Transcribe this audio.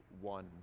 one